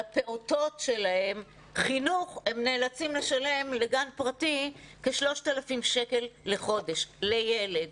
לפעוטות שלהם חינוך הם נאלצים לשלם לגן פרטי כ-3,000 שקל לחודש לילד.